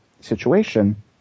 situation